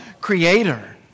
creator